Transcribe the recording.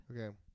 Okay